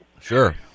Sure